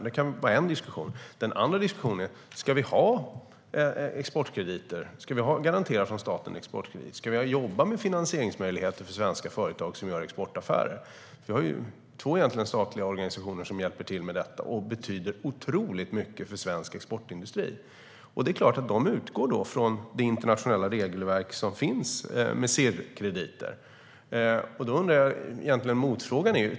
Det kan vara en diskussion. Den andra diskussionen är om vi alls ska ha exportkrediter som staten garanterar. Ska vi jobba med finansieringsmöjligheter för svenska företag som gör exportaffärer? Vi har två statliga organisationer som hjälper till med detta, och det betyder otroligt mycket för svensk exportindustri. De utgår från det internationella regelverk som finns angående CIRR-krediter.